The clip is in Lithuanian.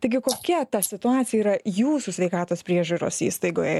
taigi kokia ta situacija yra jūsų sveikatos priežiūros įstaigoje